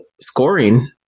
scoring